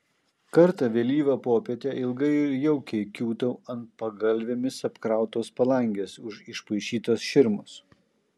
kartą vėlyvą popietę ilgai ir jaukiai kiūtau ant pagalvėmis apkrautos palangės už išpaišytos širmos